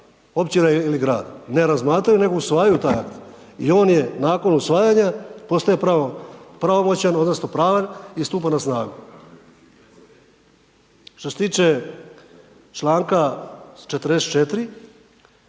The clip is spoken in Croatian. općina i grada. Ne razmatraju, nego usvajaju taj akt i on nakon usvajanja postaje pravomoćan odnosno pravan i stupa na snagu. Što se tiče članka 44.